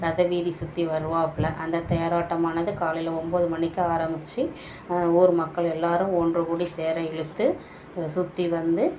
ரத வீதி சுற்றி வருவாப்பில அந்த தேரோட்டமானது காலையில் ஒம்போது மணிக்கு ஆரம்மிச்சி ஊர் மக்கள் எல்லோரும் ஒன்றுக்கூடி தேரை இழுத்து சுற்றி வந்து